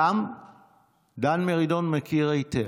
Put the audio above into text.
גם דן מרידור מכיר היטב.